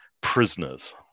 prisoners